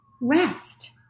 rest